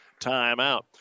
timeout